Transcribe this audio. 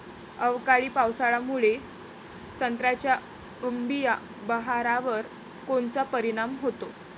अवकाळी पावसामुळे संत्र्याच्या अंबीया बहारावर कोनचा परिणाम होतो?